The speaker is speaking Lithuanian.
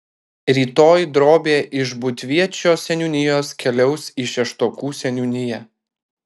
rytoj drobė iš būdviečio seniūnijos keliaus į šeštokų seniūniją